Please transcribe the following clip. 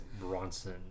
Bronson